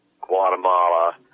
Guatemala